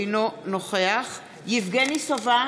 אינו נוכח יבגני סובה,